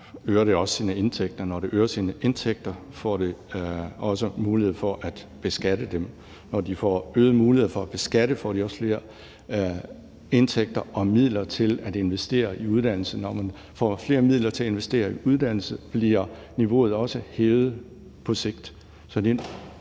når det øger sine indtægter, får det også mulighed for at beskatte dem. Når det får øget muligheder for at beskatte, får det også flere indtægter og midler til at investere i uddannelse. Når man får flere midler til at investere i uddannelse, bliver niveauet også hævet på sigt.